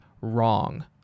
wrong